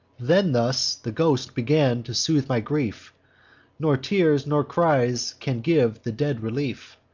then thus the ghost began to soothe my grief nor tears, nor cries, can give the dead relief.